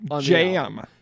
jam